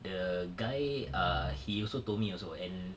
the guy err he also told me also and